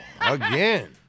again